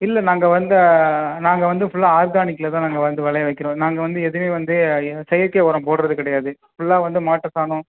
இல்லை நாங்கள் வந்து நாங்கள் வந்து ஃபுல்லாக ஆர்கானிக்கில் தான் நாங்கள் வந்து விளைய வைக்கிறோம் நாங்கள் வந்து எதுலையும் வந்து யா செயற்கை உரம் போடுறது கிடையாது ஃபுல்லாக வந்து மாட்டு சாணம்